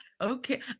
okay